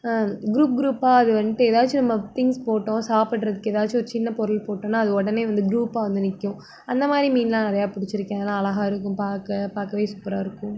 group க்ரூப்பாக அது வந்துட்டு ஏதாச்சும் நம்ம திங்க்ஸ் போட்டோம் சாப்பிட்றதுக்கு எதாச்சும் ஒரு சின்ன பொருள் போட்டோம்னா அது உடனே வந்து க்ரூப்பாக வந்து நிற்கும் அந்தமாதிரி மீன்லாம் நிறைய பிடிச்சிருக்கேன் அதெலாம் அழகா இருக்கும் பார்க்க பார்க்கவே சூப்பராக இருக்கும்